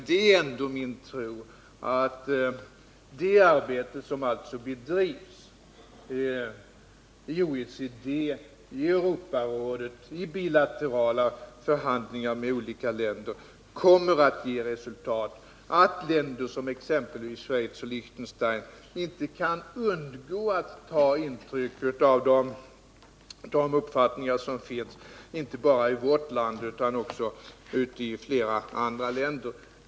Det är ändå min tro att det arbete som bedrivs — i OECD, Europarådet och vid bilaterala förhandlingar med olika länder — kommer att ge resultat och att länder som exempelvis Schweiz och Liechtenstein inte kan undgå att ta intryck av de uppfattningar som finns, inte bara i vårt land utan också i flera andra länder.